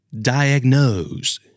Diagnose